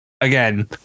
again